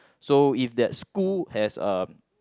so if that school has um